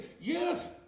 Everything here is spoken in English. Yes